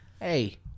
hey